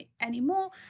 anymore